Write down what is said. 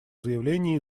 заявление